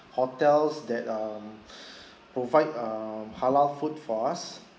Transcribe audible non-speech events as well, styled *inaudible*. hotels that um *breath* provide uh halal food for us